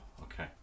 Okay